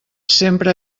sempre